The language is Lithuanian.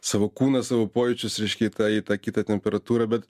savo kūną savo pojūčius reiškia į tą į tą kitą temperatūrą bet